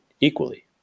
equally